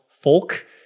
folk